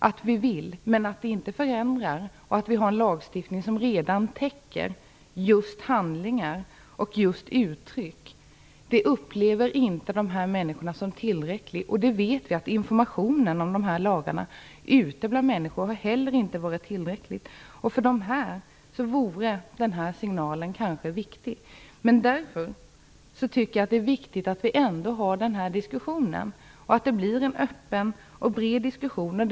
Dessa människor upplever det inte som tillräckligt att vi har en lagstiftning som redan täcker just handlingar och uttryck. Vi vet att informationen ute bland människorna om de här lagarna inte har varit tillräcklig. För dessa människor vore kanske den här signalen viktig. Därför tycker jag att det är viktigt att vi har den här breda och öppna diskussionen eller en diskussion om ett konkret förslag.